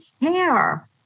care